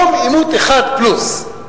יום עימות אחד פלוס,